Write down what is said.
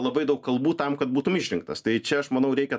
labai daug kalbų tam kad būtum išrinktas tai čia aš manau reikia